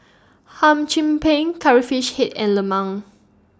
Hum Chim Peng Curry Fish Head and Lemang